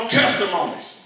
testimonies